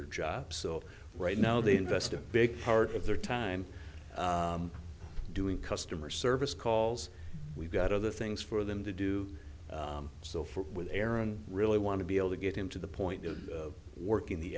their job so right now they invest a big part of their time doing customer service calls we've got other things for them to do so for with aaron really want to be able to get him to the point of working the